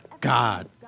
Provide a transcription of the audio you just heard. God